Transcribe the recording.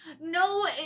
No